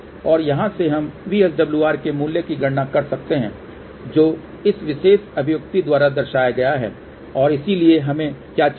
और यहां से हम VSWR के मूल्य की गणना कर सकते हैं जो इस विशेष अभिव्यक्ति द्वारा दिया गया है और इसलिए हमें क्या चाहिए